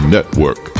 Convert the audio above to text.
Network